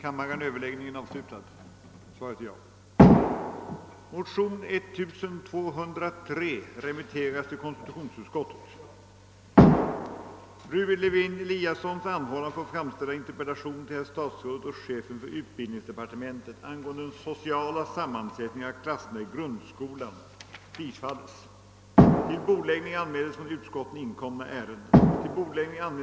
Till Riksdagens andra kammare Härmed får jag anhålla om ledighet från riksdagsgöromålen under tiden 12 -—16 maj 1969 för att närvara vid Europarådets session i Strasbourg.